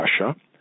Russia